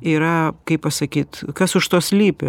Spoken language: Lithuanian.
yra kaip pasakyt kas už to slypi